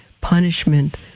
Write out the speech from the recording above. punishment